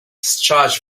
discharged